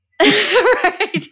Right